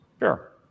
Sure